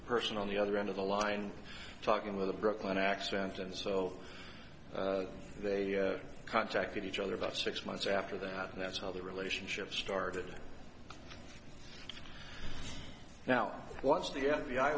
the person on the other end of the line talking with a brooklyn accent and so they contacted each other about six months after that and that's how the relationship started now once the f